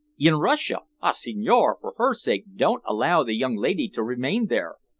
in russia! ah, signore, for her sake, don't allow the young lady to remain there.